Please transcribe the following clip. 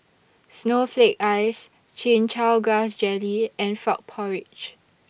Snowflake Ice Chin Chow Grass Jelly and Frog Porridge